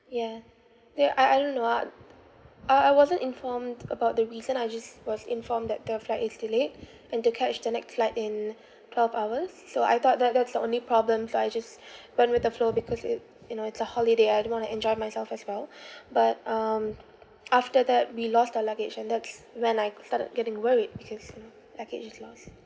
yeah ya I I don't know ah uh I wasn't informed about the reason I just was informed that the flight is delayed and to catch the next flight in twelve hours so I thought that that's the only problem so I just went with the flow because it you know it's a holiday I do want to enjoy myself as well but um after that we lost our luggage and that's when I started getting worried because you know luggage is lost